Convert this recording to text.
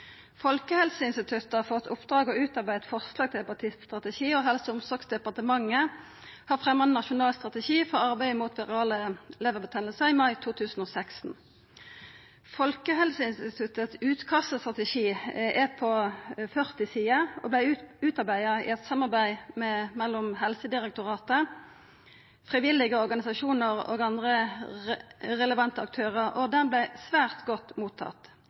Folkehelseinstituttet har fått i oppdrag å utarbeida eit forslag til ein hepatittstrategi, og Helse- og omsorgsdepartementet fremma nasjonal strategi for arbeidet mot virale leverbetennelsar i mai 2016. Folkehelseinstituttets utkast til strategi er på 40 sider og vart utarbeidd i eit samarbeid mellom Helsedirektoratet, frivillige organisasjonar og andre relevante aktørar og vart svært godt mottatt.